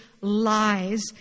lies